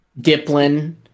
diplin